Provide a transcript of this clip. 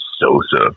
Sosa